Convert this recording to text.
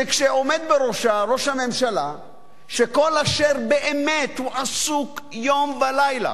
שעומד בראשה ראש הממשלה שכל אשר באמת הוא עסוק בו יום ולילה,